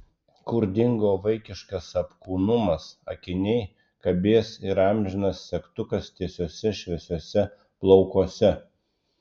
kur dingo vaikiškas apkūnumas akiniai kabės ir amžinas segtukas tiesiuose šviesiuose plaukuose